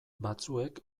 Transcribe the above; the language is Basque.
batzuek